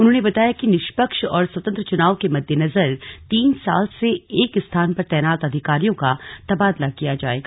उन्होंने बताया कि निष्पक्ष और स्वतंत्र चुनाव के मद्देनजर तीन साल से एक स्थान पर तैनात अधिकारियों का तबादला किया जाएगा